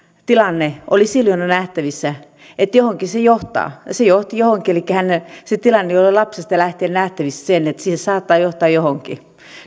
tilanteessa oli silloin jo nähtävissä että johonkin se johtaa se johti johonkin ja se tilanne oli lapsesta lähtien nähtävissä se että se saattaa johtaa johonkin